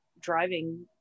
driving